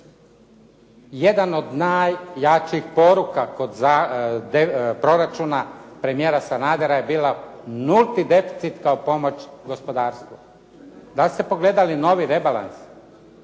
Jedan od najjačih poruka kod proračuna premijera Sanadera je bila nulti deficit kao pomoć gospodarstvu. Da li ste pogledali novi rebalans?